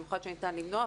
במיוחד שניתן למנוע,